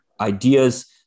ideas